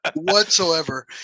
whatsoever